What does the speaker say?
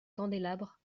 candélabres